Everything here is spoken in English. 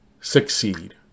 succeed